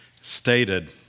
stated